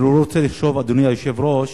אני לא רוצה לחשוב, אדוני היושב-ראש,